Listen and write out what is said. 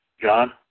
John